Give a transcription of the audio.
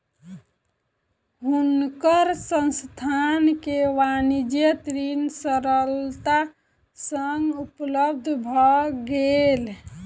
हुनकर संस्थान के वाणिज्य ऋण सरलता सँ उपलब्ध भ गेल